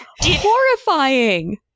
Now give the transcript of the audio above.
Horrifying